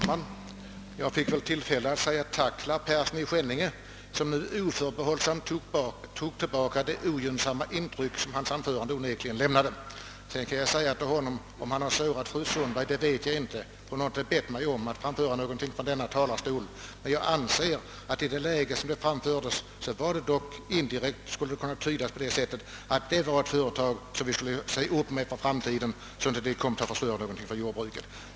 Herr talman! Jag får tacka herr Persson i Skänninge som nu oförbehållsamt tagit bort det ogynnsamma intryck som hans tidigare anförande onekligen gav. berg vet jag inte — hon har inte bett mig framföra någonting från denna talarstol. Men jag anser att i det sammanhang Findus nämndes skulle det kunna tydas så att det var ett företag som vi borde se upp med för framtiden för att det inte skulle förstöra för jordbrukarna.